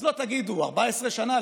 אז לא תגידו: 14 שנה,